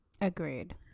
Agreed